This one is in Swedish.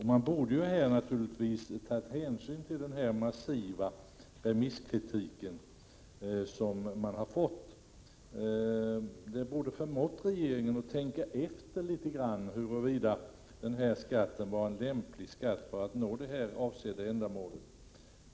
Regeringen borde ha tagit hänsyn till den massiva kritiken i remissvaren. Denna kritik borde faktiskt ha förmått regeringen att tänka efter huruvida denna skatt var en lämplig skatt för det avsedda ändamålet.